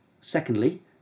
Secondly